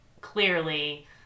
clearly